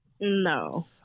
No